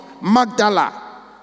Magdala